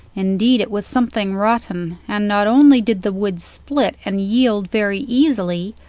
indeed, it was something rotten, and not only did the wood split and yield very easily,